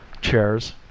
Chairs